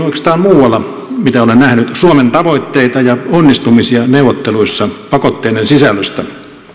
oikeastaan muualla mitä olen nähnyt suomen tavoitteita ja onnistumisia neuvotteluissa pakotteiden sisällöstä